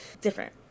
Different